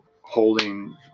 holding